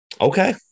Okay